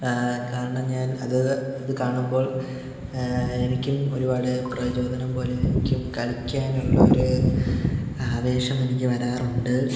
കാരണം ഞാന് അത് അത് കാണുമ്പോള് എനിക്കും ഒരുപാട് പ്രചോദനം പോലെ എനിക്കും കളിക്കാനുള്ള ഒരു ആവേശം എനിക്ക് വരാറുണ്ട്